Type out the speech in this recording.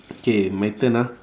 K my turn ah